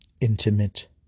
intimate